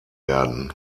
werden